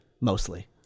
Mostly